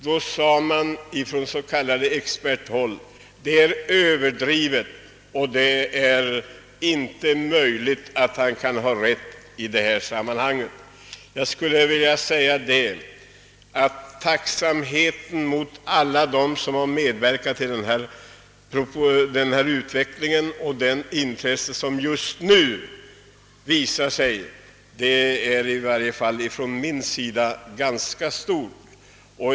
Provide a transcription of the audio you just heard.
Den gången sade s.k. experter: »Det är överdrivet, det är inte möjligt att han kan ha rätt.» För min del är jag mycket tacksam mot alla dem som har medverkat till det intresse som just nu visas denna fråga.